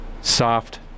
soft